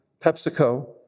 PepsiCo